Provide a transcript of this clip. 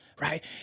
Right